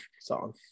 song